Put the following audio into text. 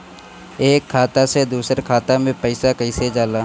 एक खाता से दूसर खाता मे पैसा कईसे जाला?